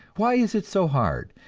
why is it so hard,